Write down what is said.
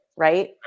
right